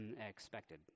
unexpected